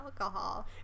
alcohol